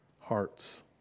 hearts